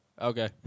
Okay